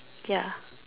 ya